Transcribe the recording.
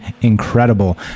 incredible